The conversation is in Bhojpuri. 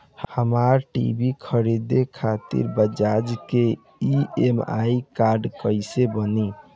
हमरा टी.वी खरीदे खातिर बज़ाज़ के ई.एम.आई कार्ड कईसे बनी?